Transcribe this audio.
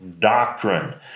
doctrine